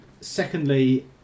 Secondly